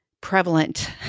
prevalent